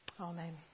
Amen